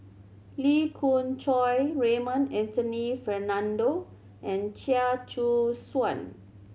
Lee Khoon Choy Raymond Anthony Fernando and Chia Choo Suan